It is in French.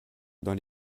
dans